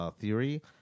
Theory